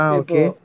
okay